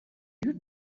you